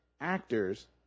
actors